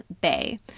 Bay